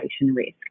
risk